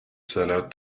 seller